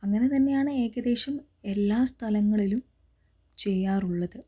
അങ്ങനെ തന്നെയാണ് ഏകദേശം എല്ലാ സ്ഥലങ്ങളിലും ചെയ്യാറുള്ളത്